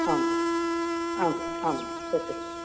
आम् आम् आं सत्यम्